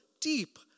deep